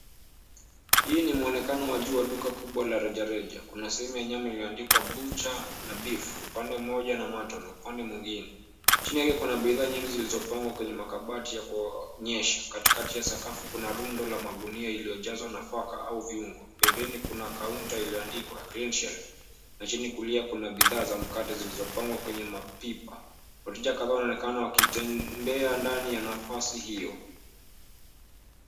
Hii ni mwonekano wa juu wa duka kubwa la rejareja. Kuna sehemu ya nyama iliyoandikwa butcher na beef upande mmoja na mutton upande mwingine. Chini yake kuna bidhaa nyingi zilizopangwa kwenye makabati ya kuonyesha. Katikati ya sakafu kuna rundo la magunia iliyojazwa nafaka au viungo. Pembeni kuna kaunta iliyoandikwa Cleanshelf na chini kulia kuna bidhaa za mkate zilizopangwa kwenye mapipa. Wateja kadhaa wanaonekana wakitembea ndani ya nafasi hiyo.